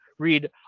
Read